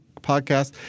podcast